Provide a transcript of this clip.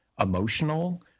emotional